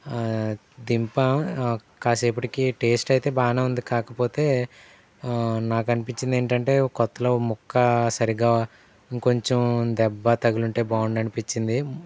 దింపా కాసేపటికి టేస్ట్ అయితే బాగానే ఉంది కాకపోతే నాకు అనిపించింది ఏంటంటే కొత్తలో ముక్క సరిగ్గా ఇంకొంచెం దెబ్బ తగిలి ఉంటే బాగుండు అనిపించింది